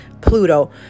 pluto